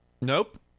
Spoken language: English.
Nope